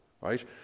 right